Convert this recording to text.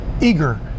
eager